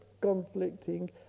conflicting